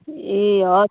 ए हवस्